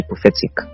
prophetic